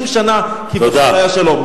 העיקר 30 שנה, השלום.